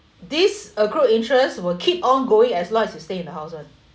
this accrued interest will keep on going as long as you stay in the house [one]